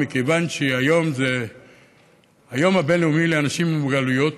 מכיוון שהיום זה היום הבין-לאומי לאנשים עם מוגבלויות,